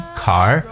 car 。